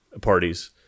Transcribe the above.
parties